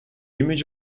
image